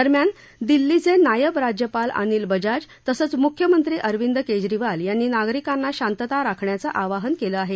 दरम्यान दिल्लीचे नायब राज्यपाल अनिल बजाज तसंच मुख्यमंत्री अरविंद केजरीवाल यांनी नागरिकांना शांतता राखण्याचं आवाहन केलं आहे